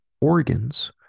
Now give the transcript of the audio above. organs